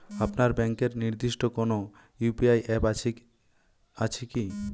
আপনার ব্যাংকের নির্দিষ্ট কোনো ইউ.পি.আই অ্যাপ আছে আছে কি?